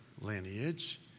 lineage